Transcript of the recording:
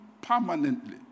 permanently